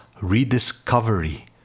rediscovery